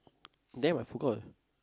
damm I forgot